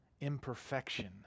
imperfection